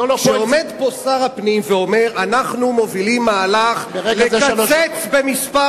כשעומד פה שר הפנים ואומר: אנחנו מובילים מהלך לקצץ במספר